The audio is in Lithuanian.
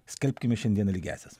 skelbkime šiandiena lygiąsias